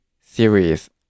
series